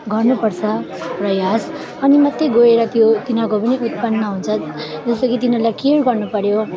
गर्नुपर्छ र यस अनि मात्रै गएर त्यो तिनीहरूको पनि उत्पन्न हुन्छ जस्तो कि तिनीहरूलाई केयर गर्नुपर्यो